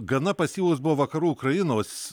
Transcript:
gana pasyvūs buvo vakarų ukrainos